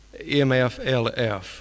MFLF